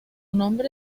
nombre